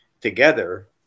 together